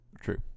True